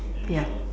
yeap